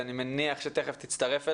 שאני מניח שתכף תצטרף אלינו,